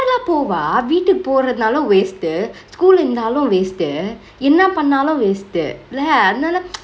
யாருலா போவா வீட்டுக்கு போரனாலு:yaarulaa povaa veetuku porenalu waste து:tu school ல இருந்தாலு:le irunthaalu waste து என்ன பன்னாலொ:tu enna pannalo waste து:tu like அதனால:athanaale